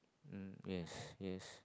um yes yes